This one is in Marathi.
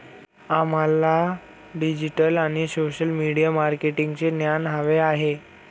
आम्हाला डिजिटल आणि सोशल मीडिया मार्केटिंगचे ज्ञान हवे आहे